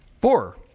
Four